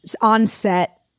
onset